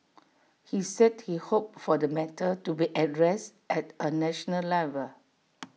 he said he hoped for the matter to be addressed at A national level